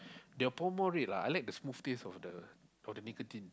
the Pall Mall Red ah I like the smooth taste of the nicotine